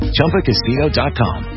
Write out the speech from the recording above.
ChumbaCasino.com